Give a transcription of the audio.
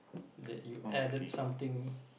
that you added something